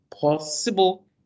possible